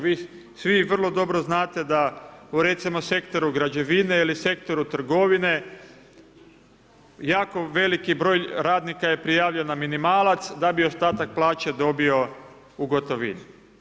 Vi svi vrlo dobro znate da u recimo sektoru građevine ili sektoru trgovine jako veliki broj radnika je prijavljen na minimalac da bi ostatak plaće dobio u gotovini.